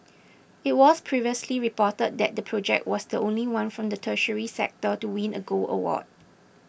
it was previously reported that the project was the only one from the tertiary sector to win a gold award